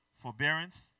forbearance